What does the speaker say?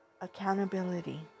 Accountability